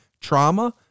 trauma